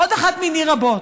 עוד אחת מני רבות.